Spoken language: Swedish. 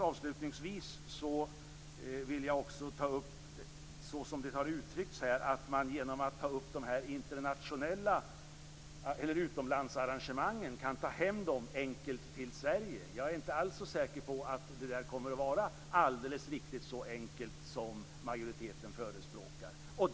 Avslutningsvis vill jag också ta upp, såsom det har uttryckts här, att man genom att ta upp utomlandsarrangemangen kan ta hem dem enkelt till Sverige. Jag är inte alls så säker på att det kommer att vara alldeles riktigt så enkelt som majoriteten förespråkar.